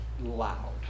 loud